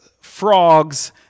frogs